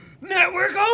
network